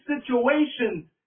situations